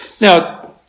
Now